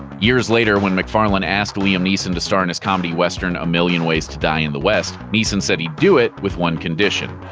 years later, when macfarlane asked liam neeson to star in his comedy western a million ways to die in the west, neeson said he'd do it, with one condition.